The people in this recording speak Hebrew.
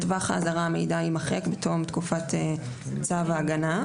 לטווח האזהרה המידע יימחק בתום תקופת צו ההגנה,